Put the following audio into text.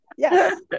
Yes